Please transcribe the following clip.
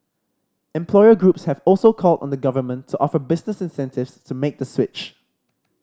employer groups have also called on the Government to offer businesses incentive to make the switch